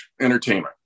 entertainment